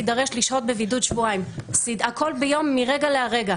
יידרש לשהות בבידוד שבועיים והכול מרגע לרגע.